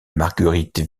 marguerite